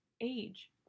age